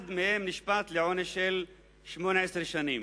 אחד מהם נשפט לעונש של 18 שנים.